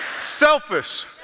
Selfish